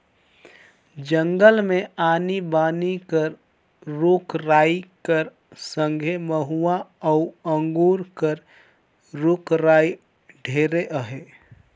जंगल मे आनी बानी कर रूख राई कर संघे मउहा अउ अंगुर कर रूख राई ढेरे अहे